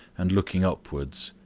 and looking upwards.